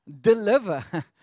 deliver